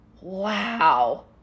wow